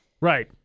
Right